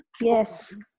Yes